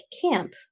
Camp